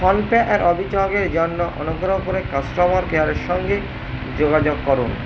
PhonePe এর অভিযোগের জন্য অনুগ্রহ করে কাস্টমার কেয়ারের সঙ্গেই যোগাযোগ করুন